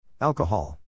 Alcohol